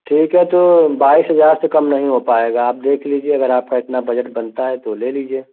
ठीक है तो बाईस हज़ार से कम नहीं हो पाएगा आप देख लीजिए अगर आपका इतना बजट बनता है तो ले लीजिए